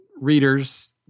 readers